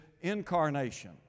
incarnation